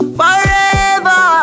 forever